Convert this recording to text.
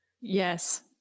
Yes